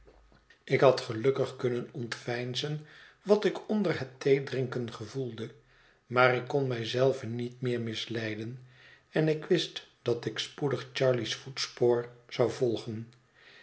ik had gelukkig kunnen ontveinzen wat ik onder het theedrinken gevoelde maar ik kon mij zelve niet meer misleiden en ik wist dat ik spoedig charley's voetspoor zou volgen